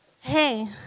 Hey